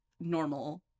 normal